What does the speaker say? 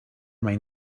mind